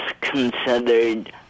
considered